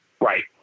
Right